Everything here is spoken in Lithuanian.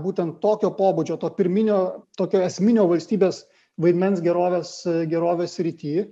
būtent tokio pobūdžio to pirminio tokio esminio valstybės vaidmens gerovės gerovės srity